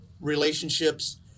relationships